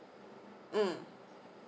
mm